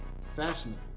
fashionable